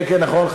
כן, נכון.